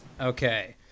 okay